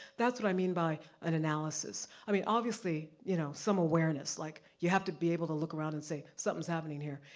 that's what i mean by an analysis. i mean obviously, you know some awareness. like, you have to be able to look around and say, something's happening here.